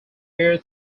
air